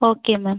okay ma'am